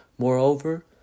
Moreover